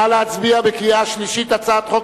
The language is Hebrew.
נא להצביע בקריאה שלישית על הצעת חוק